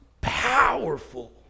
powerful